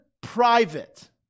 private